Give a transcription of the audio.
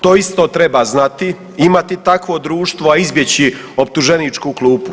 To isto treba znati, imati takvo društvo, a izbjeći optuženičku klupu.